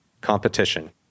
Competition